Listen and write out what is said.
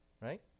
right